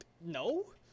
no